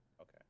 okay